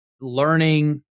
learning